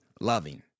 loving